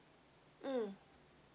mm